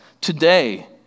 today